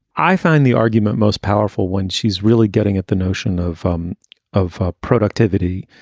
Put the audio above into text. i find the argument most powerful when she's really getting at the notion of um of ah productivity.